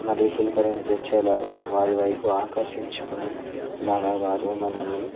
మరి పులకరింపజేసే లాగా వారి వైపు ఆకర్షించుకునే లాగా వారు మనలని